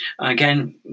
Again